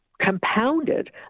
compounded